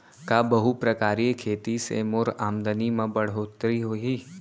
का बहुप्रकारिय खेती से मोर आमदनी म बढ़होत्तरी होही?